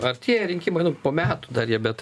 artėja rinkimai nu po metų dar jie bet